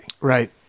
Right